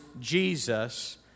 Jesus